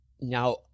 Now